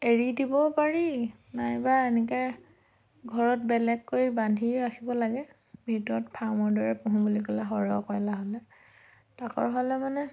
এৰি দিবও পাৰি নাইবা এনেকৈ ঘৰত বেলেগকৈ বান্ধি ৰাখিব লাগে ভিতৰত ফাৰ্মৰ দৰে পুহোঁ বুলি ক'লে সৰহ কইলাৰ হ'লে তাকৰ হ'লে মানে